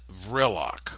vrilok